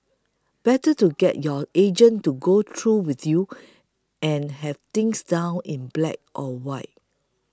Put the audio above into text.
better to get your agent to go through with you and have things down in black or white